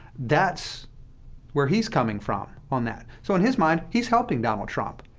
that's where he's coming from on that. so in his mind, he's helping donald trump,